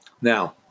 now